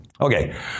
Okay